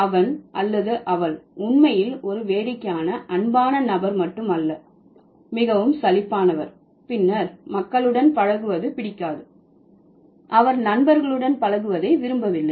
அவன் அல்லது அவள் உண்மையில் ஒரு வேடிக்கையான அன்பான நபர் மட்டும் அல்ல மிகவும் சலிப்பானவர் பின்னர் மக்களுடன் பழகுவது பிடிக்காது அவர் நண்பர்களுடன் பழகுவதை விரும்பவில்லை